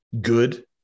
good